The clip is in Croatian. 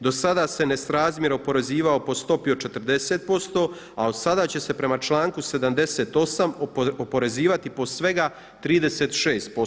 Do sada se nesrazmjerno oporezivao po stopi od 40% a od sada će se prema članku 78 oporezivati po svega 36%